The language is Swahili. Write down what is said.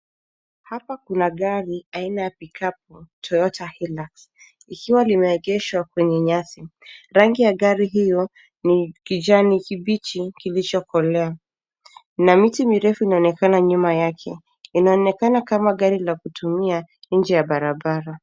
Hapa kuna gari aina ya pikapu, Toyota hilux likiwa limeegeshwa kwenye nyasi. Rangi ya gari hiyo ni kijani kibichi kilichokolea na miti mirefu inaonekana nyuma yake. Inaonekana kama gari ni la kutumia nje ya barabara.